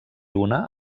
una